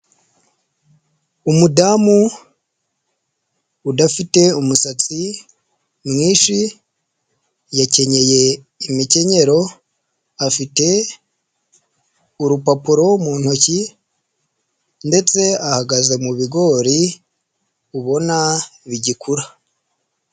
Umudamu udafite umusatsi mwinshi yakenyeye imikenyero afite urupapuro mu ntoki ndetse ahagaze mu bigori ubona bigikura.